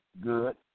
good